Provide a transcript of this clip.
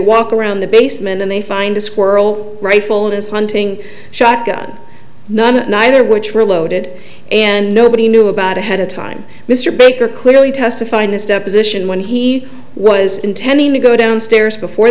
walk around the basement and they find a squirrel rifle in his hunting shotgun none neither of which were loaded and nobody knew about ahead of time mr baker clearly testified in his deposition when he was intending to go downstairs before